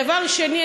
דבר שני,